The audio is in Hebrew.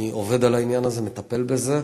אני עובד על העניין הזה, מטפל בזה,